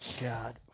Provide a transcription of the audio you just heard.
God